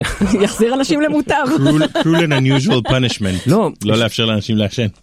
‫יחזיר אנשים למוטב. ‫-Cruel and unusual punishment. ‫לא לאפשר לאנשים לעשן.